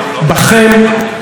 במדיניות שלכם,